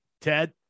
Ted